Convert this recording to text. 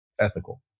ethical